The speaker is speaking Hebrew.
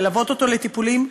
ללוות אותו לטיפולים.